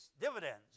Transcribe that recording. dividends